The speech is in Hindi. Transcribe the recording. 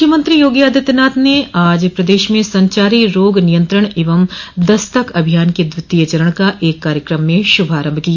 मुख्यमंत्री योगी आदित्यनाथ ने आज प्रदेश में संचारी रोग नियंत्रण एवं दस्तक अभियान के द्वितीय चरण का एक कार्यकम में शुभारम्भ किया